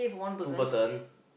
two person